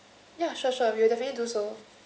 ya sure sure we'll definitely do so